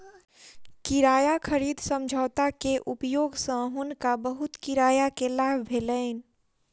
किराया खरीद समझौता के उपयोग सँ हुनका बहुत किराया के लाभ भेलैन